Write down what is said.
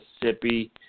Mississippi